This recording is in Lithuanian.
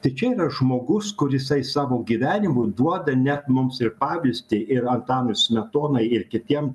tai čia yra žmogus kur jisai savo gyvenimu duoda net mums ir pavyzdį ir antanui smetonai ir kitiem